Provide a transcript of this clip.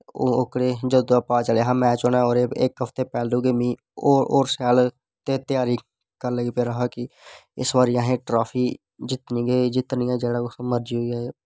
ओकड़े जदूं दा पता चलेआ हा मैच उनें ओह्दे इक हफ्ते पैह्लें गै मिगी होर शैल त्यारी करन लगी पेदा हा की इस बारी असें ट्राफी जित्तनी गै जित्तनी ऐ जे किश मर्जी होई जाए